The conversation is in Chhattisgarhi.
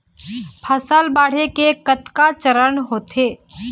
फसल बाढ़े के कतका चरण होथे?